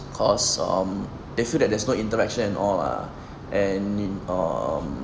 because um they feel that there's no interaction at all lah and um